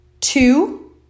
Two